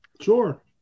Sure